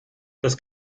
das